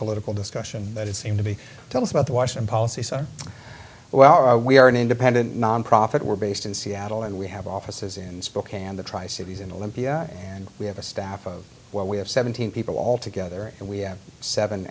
political discussion that it seemed to be tell us about the washroom policy so why are we are an independent nonprofit we're based in seattle and we have offices in spokane the tri cities in olympia and we have a staff of where we have seventeen people all together and we have seven